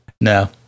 no